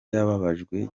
yababajwe